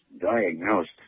diagnosed